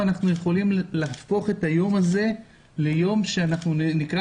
אנחנו יכולים להפוך את היום הזה ליום של מפנה.